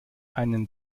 einen